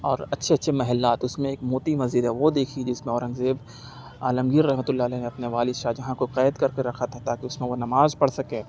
اور اچھے اچھے محلات اُس میں ایک موتی مسجد ہے وہ دیکھی جس میں اورنگ زیب عالمگیر رحمۃ اللہ علیہ نے اپنے والد شاہجہاں کو قید کر کے رکھا تھا تاکہ اُس میں وہ نماز پڑھ سکے